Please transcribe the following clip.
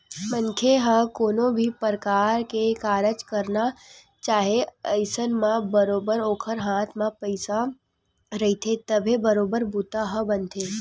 मनखे ह कोनो भी परकार के कारज करना चाहय अइसन म बरोबर ओखर हाथ म पइसा रहिथे तभे बरोबर बूता ह बनथे